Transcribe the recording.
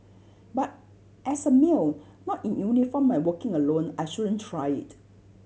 but as a male not in uniform and working alone I shouldn't try it